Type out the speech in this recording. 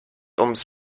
ums